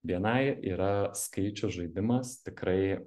bni yra skaičių žaidimas tikrai